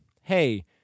hey